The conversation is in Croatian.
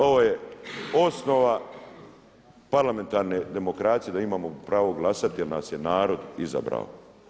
Ovo je osnova parlamentarne demokracije da imamo pravo glasati jel nas je narod izabrao.